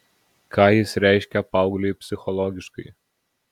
ką jis reiškia paaugliui psichologiškai